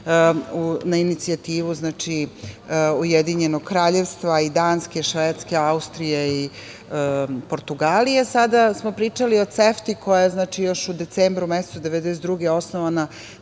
na inicijativu Ujedinjenog kraljevstva, Danske, Švedske, Austrije i Portugalije. Sada smo pričali o CEFTI koja je još u decembru mesecu 1992. godine,